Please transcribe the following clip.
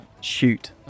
Shoot